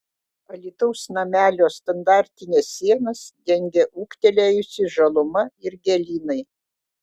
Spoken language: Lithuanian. alytaus namelio standartines sienas dengia ūgtelėjusi žaluma ir gėlynai